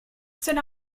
seul